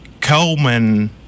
Coleman